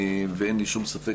ואין לי שום ספק,